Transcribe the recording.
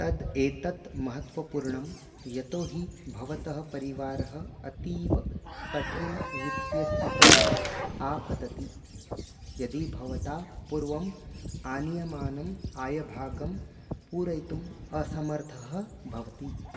तद् एतत् महत्त्वपूर्णं यतो हि भवतः परिवारः अतीव कठिनवित्तीयस्थितौ आपतति यदि भवता पूर्वम् आनीयमानम् आयभागं पूरयितुम् असमर्थः भवति